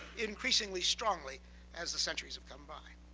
increasingly strongly as the centuries have come by.